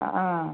ആ ആ